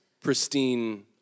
pristine